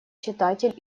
читатель